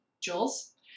Jules